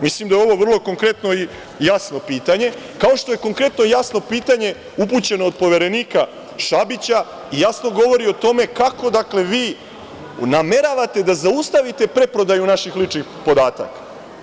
Mislim da je ovo vrlo konkretno i jasno pitanje, kao što je konkretno i jasno pitanje upućeno od poverenika Šabića i jasno govori i tome kako, dakle, vi nameravate da zaustavite preprodaju naših ličnih podataka.